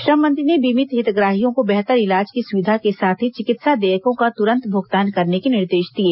श्रम मंत्री ने बीमित हितग्राहियों को बेहतर इलाज की सुविधा के साथ ही चिकित्सा देयकों का तुरंत भुगतान करने के निर्देश दिए